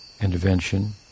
intervention